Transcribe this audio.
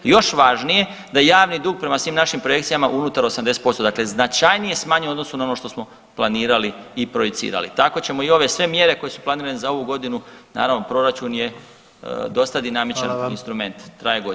Još važnije, da javni dug prema svim našim projekcijama unutar 80% dakle značajnije smanjen u odnosu na ono što smo planirali i projicirali, tako ćemo i ove sve mjere koje su planirane za ovu godinu, naravno proračun je dosta dinamičan instrument, traje godina.